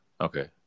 Okay